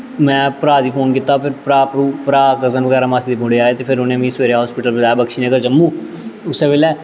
में भ्राऽ गी फोन कीता फिर भ्राऽ भ्रू भ्राऽ कज़न बगैरा मासी दे मुड़े आए ते फिर उ'नें मिगी सवेरे हस्पिटल पज़ाया बक्शी नगर जम्मू उस्सै बेल्लै